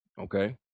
okay